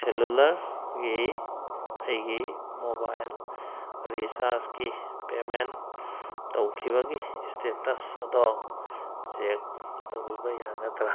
ꯁꯦꯜꯂꯨꯂꯔꯒꯤ ꯑꯩꯒꯤ ꯃꯣꯕꯥꯏꯜ ꯔꯤꯆꯥꯔꯖꯀꯤ ꯄꯦꯃꯦꯟ ꯇꯧꯈꯤꯕꯒꯤ ꯁ꯭ꯇꯦꯇꯁ ꯑꯗꯣ ꯆꯦꯛ ꯇꯧꯕꯤꯕ ꯌꯥꯒꯗ꯭ꯔꯥ